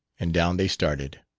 and down they started.